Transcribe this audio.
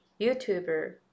YouTuber